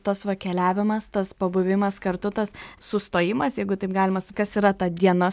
tas va keliavimas tas pabuvimas kartu tas sustojimas jeigu taip galimas kas yra ta dienas